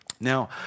Now